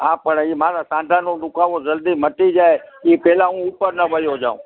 હા પણ એ મારા સાંધાનો દુ ખાવો જલ્દી મટી જાય એ પહેલાં હું ઉપર ન વયો જઉં